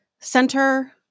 Center